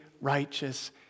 righteous